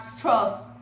trust